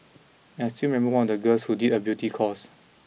and I still remember one of the girls who did a beauty course